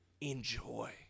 Enjoy